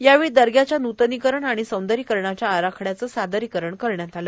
यावेळी दर्ग्याच्या नुतनीकरण आणि सौंदर्यीकरणाच्या आराखड्याचे सादरीकरणही करण्यात आले